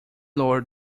lord